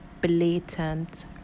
blatant